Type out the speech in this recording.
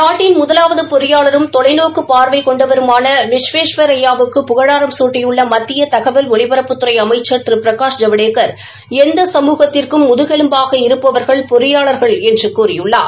நாட்டின் முதலாவது பொறியாளரும் தொலைநோக்கு பார்வை கொண்டவருமான விஸ்வேஸ்வரய்யா வுக்கு புகாரம் சூட்டியுள்ள மத்திய தகவல் ஒலிபரப்புத்துறை அமைச்ச் திரு பிரகாஷ் ஜவடோக்கா் எந்த சமூகத்திற்கும் முதுகெலும்பாக இருப்பவர்கள் பொறியாளர்கள் என்று கூறியுள்ளார்